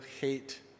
hate